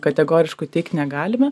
kategoriškų teikt negalime